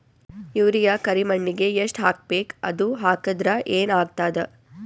Urea ಕರಿಮಣ್ಣಿಗೆ ಎಷ್ಟ್ ಹಾಕ್ಬೇಕ್, ಅದು ಹಾಕದ್ರ ಏನ್ ಆಗ್ತಾದ?